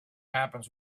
happens